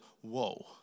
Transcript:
whoa